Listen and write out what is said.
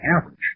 average